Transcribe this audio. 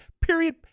Period